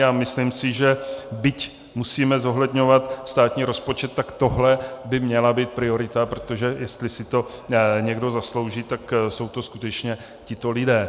A myslím si, že byť musíme zohledňovat státní rozpočet, tak tohle by měla být priorita, protože jestli si to někdo zaslouží, tak jsou to skutečně tito lidé.